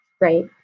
right